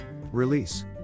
Release